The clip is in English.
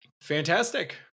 Fantastic